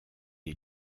est